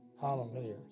Hallelujah